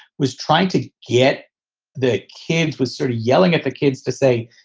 was trying to get the kids, was sort of yelling at the kids to say,